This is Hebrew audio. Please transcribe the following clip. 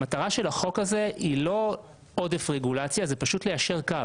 המטרה של החוק הזה היא לא עודף רגולציה אלא היא פשוט ליישר קו.